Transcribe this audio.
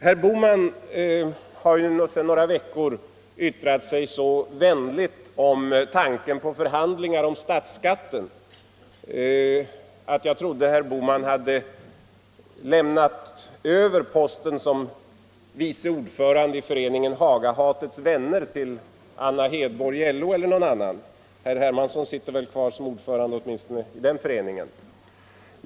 Herr Bohman har ju sedan några veckor yttrat sig så vänligt om tanken på förhandlingar om statsskatten att jag nästan fått det intrycket att herr Bohman lämnat över posten som vice ordförande i Föreningen Hagahatets vänner till Anna Hedborg i LO eller någon annan — herr Hermansson sitter väl kvar som ordförande åtminstone i den föreningen.